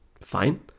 fine